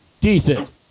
Decent